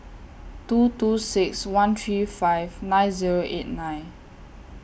two two six one three five nine Zero eight nine